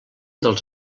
dels